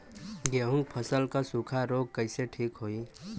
गेहूँक फसल क सूखा ऱोग कईसे ठीक होई?